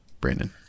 Brandon